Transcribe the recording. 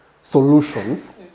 solutions